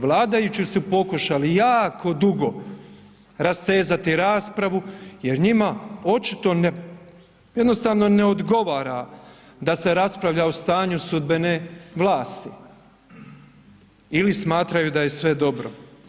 Vladajući su pokušali jakooo dugo rastezati raspravu jer njima očito jednostavno ne odgovara da se raspravlja o stanju sudbene vlasti ili smatraju da je sve dobro.